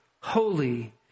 holy